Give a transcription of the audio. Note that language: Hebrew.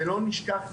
ולא נשכח,